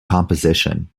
composition